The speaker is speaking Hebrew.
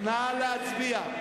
נא להצביע.